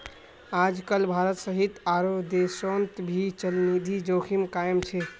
आजकल भारत सहित आरो देशोंत भी चलनिधि जोखिम कायम छे